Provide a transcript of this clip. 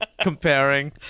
comparing